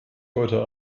heute